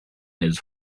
his